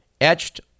etched